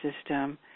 system